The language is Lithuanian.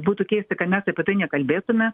būtų keista kad mes apie tai nekalbėtume